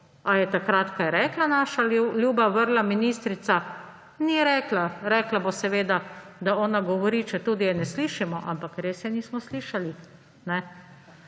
Ali je takrat kaj rekla naša ljuba, vrla ministrica? Ni rekla. Rekla bo seveda, da ona govori, četudi je ne slišimo, ampak res je nismo slišali.